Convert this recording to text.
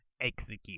execute